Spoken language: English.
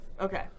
Okay